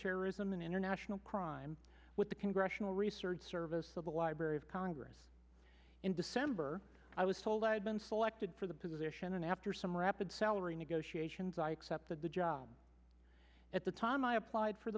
terrorism and international crime with the congressional research service of the library of congress in december i was told i had been selected for the position and after some rapid salary negotiations i accepted the job at the time i applied for